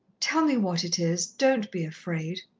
tell me what it is. don't be afraid.